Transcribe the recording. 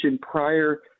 prior